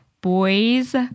boys